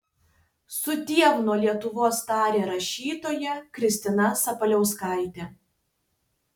sudiev nuo lietuvos tarė rašytoja kristina sabaliauskaitė